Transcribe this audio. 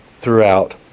throughout